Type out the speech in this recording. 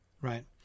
right